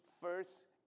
first